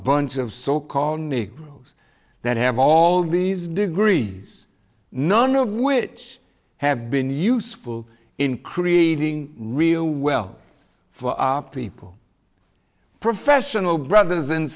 negroes that have all these degrees none of which have been useful in creating real well for people professional brothers and